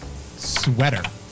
sweater